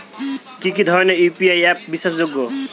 কি কি ধরনের ইউ.পি.আই অ্যাপ বিশ্বাসযোগ্য?